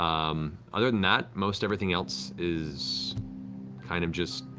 um other than that, most everything else is kind of just